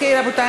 רבותי,